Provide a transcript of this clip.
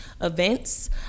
events